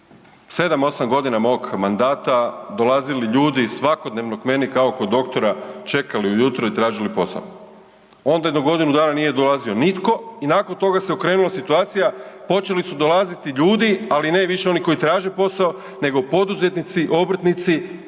7, 8 godina mog mandata dolazili ljudi svakodnevno k meni kao kod doktora, čekali ujutro i tražili posao. Onda je do godinu dana nije dolazio nitko i nakon toga se okrenula situacija, počeli su dolaziti ljudi, ali ne više oni koji traže posao, nego poduzetnici, obrtnici,